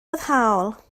foddhaol